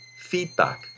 feedback